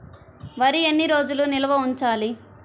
వరి ఎన్ని రోజులు నిల్వ ఉంచాలి?